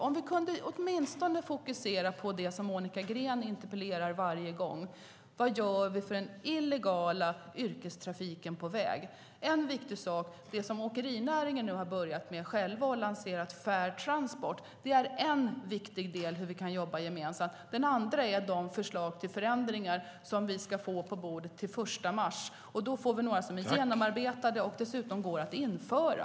Om vi åtminstone kunde fokusera på det som Monica Green interpellerar om varje gång, nämligen vad vi gör i fråga om den illegala yrkestrafiken på väg. En viktig sak, som åkerinäringen nu själv har börjat lansera, är Fair Transport. Det är en viktig del när det gäller hur vi kan jobba gemensamt. En annan är de förslag till förändringar som vi ska få på bordet till den 1 mars. Då får vi några förslag som är genomarbetade och som dessutom går att införa.